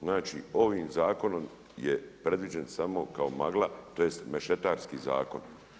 Znači ovim zakonom je predviđen samo kao magla, tj. mešetarski zakon.